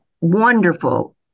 wonderful